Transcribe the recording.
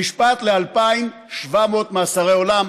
נשפט ל-2,700 מאסרי עולם,